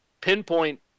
pinpoint